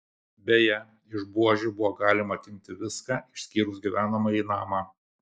beje iš buožių buvo galima atimti viską išskyrus gyvenamąjį namą